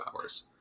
hours